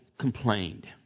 complained